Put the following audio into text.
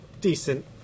decent